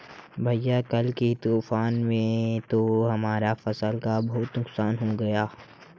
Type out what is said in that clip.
भैया कल के तूफान में तो हमारा फसल का बहुत नुकसान हो गया